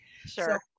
Sure